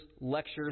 lectures